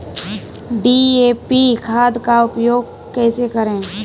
DAP खाद का उपयोग कैसे करें?